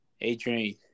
Adrian